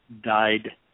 died